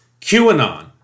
QAnon